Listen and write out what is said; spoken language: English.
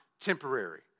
temporary